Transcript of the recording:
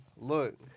Look